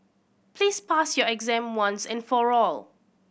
please pass your exam once and for all